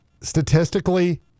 Statistically